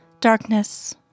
Darkness